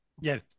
yes